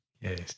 Yes